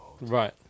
right